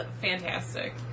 fantastic